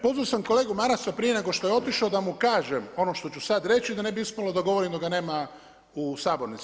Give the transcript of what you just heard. Pozvao sam kolegu Marasa prije nego što je otišao da mu kažem ono što ću sad reći da ne bi ispalo da govorim dok ga nema u sabornici.